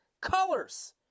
colors